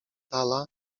dala